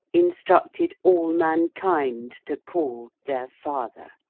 instructed all mankind to call their father.